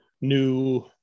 new